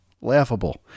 laughable